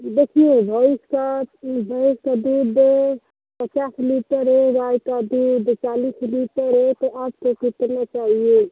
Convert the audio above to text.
देखिए भैंस का भैंस का दूध पचास लीटर है गाय का दूध चालीस लीटर है तो आपको कितना चाहिए